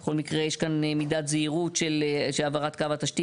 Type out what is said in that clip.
בכל מקרה יש כאן מידת זהירות שהעברת קו התשתית